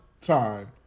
time